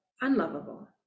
unlovable